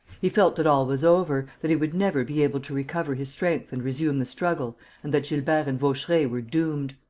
he felt that all was over, that he would never be able to recover his strength and resume the struggle and that gilbert and vaucheray were doomed.